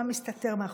מה מסתתר מאחוריו.